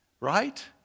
right